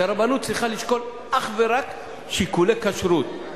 שהרבנות צריכה לשקול אך ורק שיקולי כשרות,